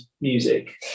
music